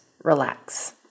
relax